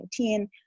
2019